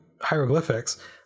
hieroglyphics